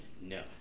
No